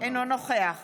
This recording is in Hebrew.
אינו נוכח